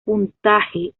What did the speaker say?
puntaje